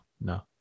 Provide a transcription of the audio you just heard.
no